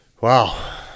Wow